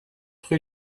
rue